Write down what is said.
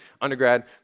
undergrad